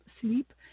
sleep